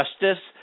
justice